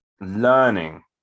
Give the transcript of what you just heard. learning